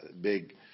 big